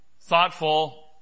thoughtful